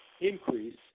increase